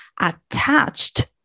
attached